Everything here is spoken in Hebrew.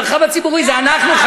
המרחב הציבורי זה אנחנו,